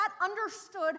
understood